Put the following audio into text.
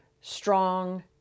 strong